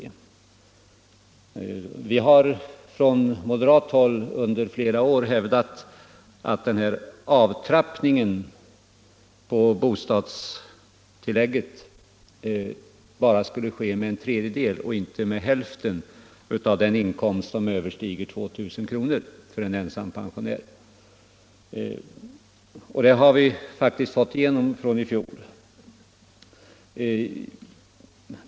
Vi har från moderat håll under flera år hävdat att avtrappningen på bostadstillägget bara skulle ske med en tredjedel och inte med hälften av den inkomst som överstiger 2 000 kr. för en ensam pensionär, och det fick vi faktiskt igenom i fjol.